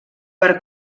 per